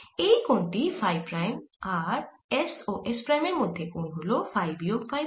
এই কোণ টি ফাই প্রাইম আর s ও s প্রাইমের মধ্যে কোণ হল ফাই বিয়োগ ফাই প্রাইম